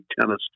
tennis